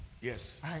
Yes